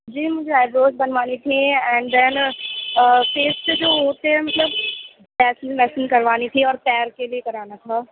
جی مجھے eyebrows بنوانی تھی اینڈ دین فیسٹ جو ہوتے ہیں مطلب فیسنگ ویسنگ کروانی تھی اور پیر کے بھی کرانا تھا